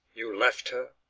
you left her,